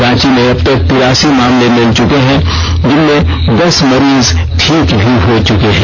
रांची में अब तक तिरासी मामले मिल चुके हैं जिनमें दस मरीज ठीक भी हो चुके हैं